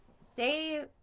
say